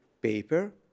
paper